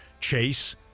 chase